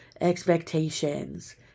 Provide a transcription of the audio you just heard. expectations